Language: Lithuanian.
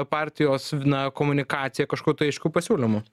partijos na komunikacija kažkokių tai aiškių pasiūlymų